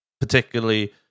particularly